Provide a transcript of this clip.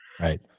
Right